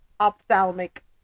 ophthalmic